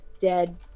dead